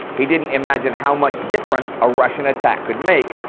he didn't imagine how much difference a russian attack could make,